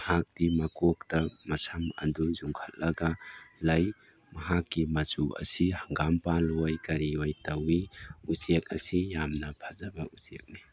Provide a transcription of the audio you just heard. ꯃꯍꯥꯛꯇꯤ ꯃꯀꯣꯛꯇ ꯃꯁꯝ ꯑꯗꯨ ꯌꯨꯡꯈꯠꯂꯒ ꯂꯩ ꯃꯍꯥꯛꯀꯤ ꯃꯆꯨ ꯑꯁꯤ ꯍꯪꯒꯥꯝꯄꯥꯥꯜ ꯑꯣꯏ ꯀꯔꯤꯑꯣꯏ ꯇꯧꯏ ꯎꯆꯦꯛ ꯑꯁꯤ ꯌꯥꯝꯅ ꯐꯖꯕ ꯎꯆꯦꯛꯅꯤ